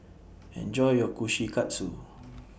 Enjoy your Kushikatsu